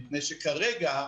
מפני שכרגע,